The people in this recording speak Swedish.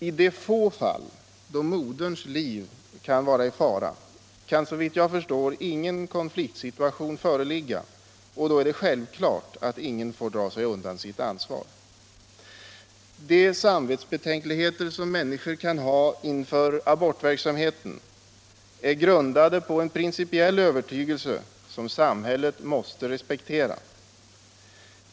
I de få fall där moderns liv kan vara i fara föreligger såvitt jag förstår ingen konfliktsituation, och då är det självklart att ingen får dra sig undan sitt ansvar. De samvetsbetänkligheter som människor kan ha inför abortverksamheten är grundade på en principiell övertygelse, som samhället måste respektera.